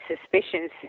suspicions